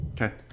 okay